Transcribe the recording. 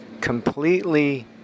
completely